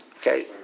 okay